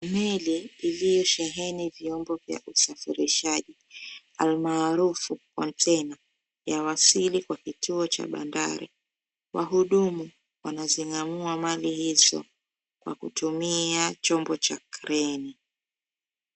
Meli iliyosheheni vyombo vya usafirishaji, almaarufu konteina, yawasili kwa kituo cha bandari. Wahudumu wanazing'ang'ua mali hizo kwa kutumia chombo cha kreni.